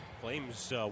Flames